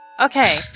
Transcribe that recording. Okay